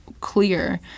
clear